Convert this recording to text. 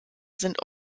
sind